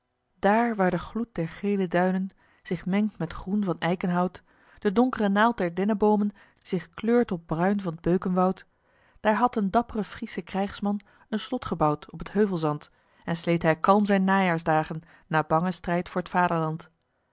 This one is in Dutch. daar waar de gloed der gele duinen zich mengt met groen van eikenhout de donkere naald der denneboomen zich kleurt op bruin van t beukenwoud daar had eene dapp're friesche krijgsman een slot gebouwd op t heuvelzand en sleet hij kalm zijn najaarsdagen na bangen strijd voor t vaderland